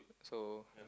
so